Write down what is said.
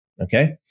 okay